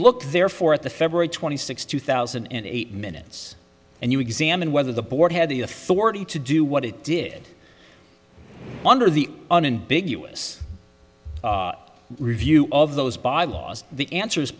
look therefore at the february twenty sixth two thousand and eight minutes and you examine whether the board had the authority to do what it did under the un and big u s review of those by laws the answer